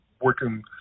working